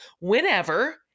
whenever